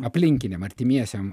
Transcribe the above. aplinkiniam artimiesiem